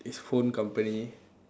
it's phone company